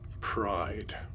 Pride